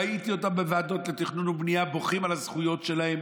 ראיתי אותם בוועדות לתכנון ובנייה בוכים על הזכויות שלהם,